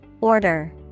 Order